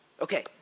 Okay